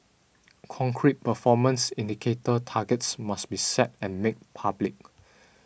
concrete performance indicator targets must be set and made public